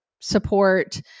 support